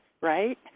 right